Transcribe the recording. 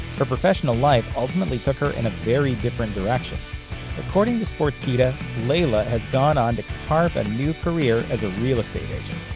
her professional life ultimately took her in a very different direction according to sportskeeda, layla has gone on to carve a new career as a real estate agent.